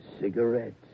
cigarettes